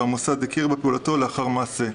והמוסד הכיר בפעולתו לאחר מעשה.